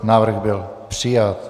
Návrh byl přijat.